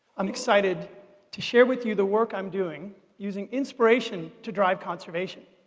i'm excited to share with you the work i'm doing using inspiration to drive conservation.